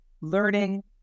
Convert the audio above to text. Learning